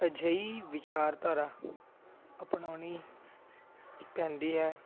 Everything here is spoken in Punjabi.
ਅਜਿਹੀ ਵਿਚਾਰਧਾਰਾ ਅਪਣਾਉਣੀ ਪੈਂਦੀ ਹੈ